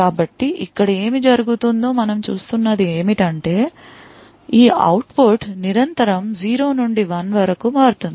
కాబట్టి ఇక్కడ ఏమి జరుగుతుందో మనం చూస్తున్నది ఏమిటంటే ఈ అవుట్ పుట్ నిరంతరం 0 నుండి 1 వరకు మారుతుంది